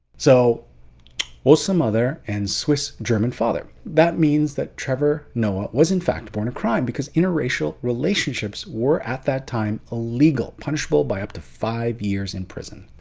so xhosa so mother and swiss-german father. that means that trevor noah was in fact born a crime because interracial relationships were at that time illegal, punishable by up to five years in prison.